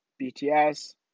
BTS